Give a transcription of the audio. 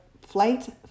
flight